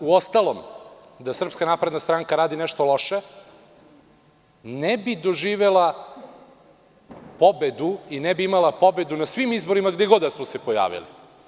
Uostalom, da SNS radi nešto loše, ne bi doživela pobedu i ne bi imala pobedu na svim izborima gde god da smo se pojavili.